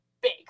big